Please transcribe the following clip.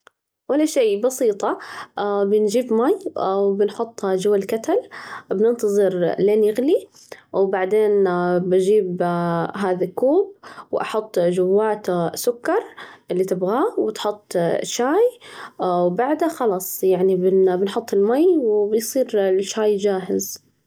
ولا شي، بسيطة، بنجيب مي، بنحطه جوا الكتل، بننتظر لين يغلي، وبعدين بجيب هذا كوب وأحط جواته سكر اللي تبغاه، وتحط شاي، وبعده خلاص يعني بنحط المي وبيصير الشاي جاهز.